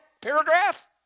paragraph